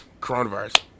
coronavirus